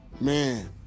man